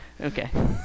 Okay